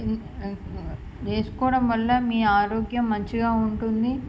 వేసుకోవడం వల్ల మీ ఆరోగ్యం మంచిగా ఉంటుంది